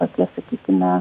tokie sakykime